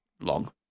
long